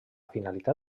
finalitat